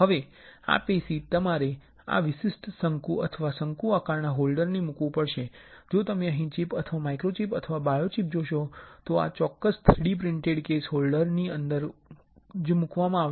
હવે આ પેશી તમારે આ વિશિષ્ટ શંકુ અથવા શંકુ આકારના હોલ્ડર ને મૂકવુ પડશે અને જો તમે અહીં ચિપ અથવા માઇક્રોચીપ અથવા બાયોચિપ જોશો તો આ ચોક્કસ 3D પ્રિંટેડ કેસ હોલ્ડર ની અંદર જ મૂકવામાં આવશે